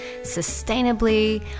sustainably